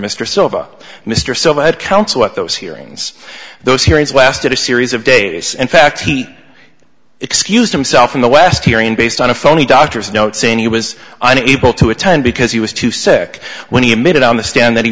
mr silva mr silver had counsel at those hearings those hearings lasted a series of days in fact he excused himself in the west hearing based on a phony doctor's note saying he was unable to attend because he was too sick when he admitted on the stand that he